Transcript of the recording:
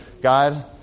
God